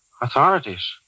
Authorities